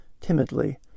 Timidly